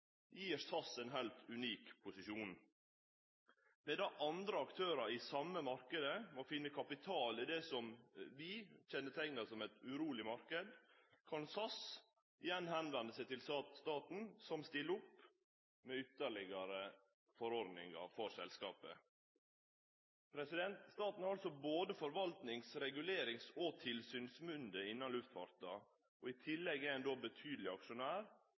gir SAS ein heilt unik posisjon. Medan andre aktørar i same marknaden må finne kapital i det som vi kjenner som ein uroleg marknad, kan SAS igjen vende seg til staten, som stiller opp med ytterlegare ordningar for selskapet. Staten har både forvaltnings-, regulerings- og tilsynsmynde innanfor luftfarten og er i tillegg ein betydeleg aksjonær